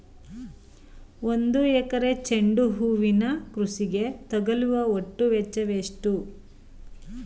ಒಂದು ಎಕರೆ ಚೆಂಡು ಹೂವಿನ ಕೃಷಿಗೆ ತಗಲುವ ಒಟ್ಟು ವೆಚ್ಚ ಎಷ್ಟು?